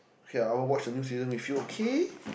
okay I will watch the new season with you okay